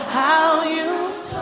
how you